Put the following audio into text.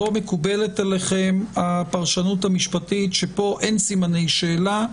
מקובלת עליכם הפרשנות המשפטית שפה אין סימני שאלה,